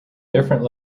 different